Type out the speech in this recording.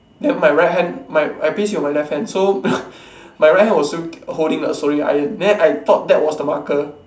then my right hand my I paste it with my left hand so my right hand was still holding the soldering iron then I thought that was the marker